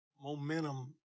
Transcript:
momentum